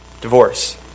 Divorce